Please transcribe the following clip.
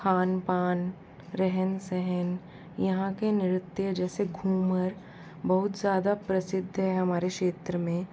खान पान रहन सहन यहाँ के नृत्य जैसे घूमर बहुत ज्यादा प्रसिद्ध है हमारे क्षेत्र में